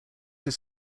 his